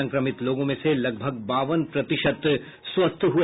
संक्रमित लोगों में से लगभग बावन प्रतिशत स्वस्थ हुए